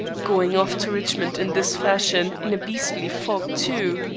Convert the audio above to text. going off to richmond in this fashion, in a beastly fog, too.